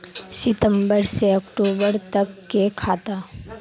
सितम्बर से अक्टूबर तक के खाता?